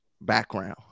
background